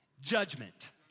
Judgment